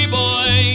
boy